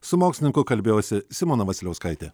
su mokslininku kalbėjosi simona vasiliauskaitė